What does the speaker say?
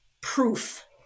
proof